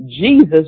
Jesus